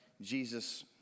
Jesus